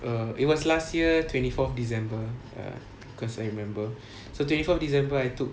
err it was last year twenty fourth december err because I remember so twenty fourth december I took